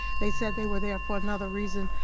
they said they were there for another reason.